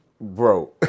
bro